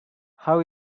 how